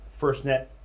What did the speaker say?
FirstNet